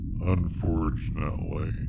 unfortunately